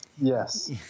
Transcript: Yes